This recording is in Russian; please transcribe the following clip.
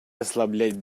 ослаблять